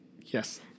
Yes